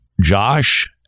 Josh